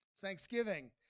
Thanksgiving